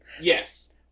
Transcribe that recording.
Yes